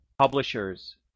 publishers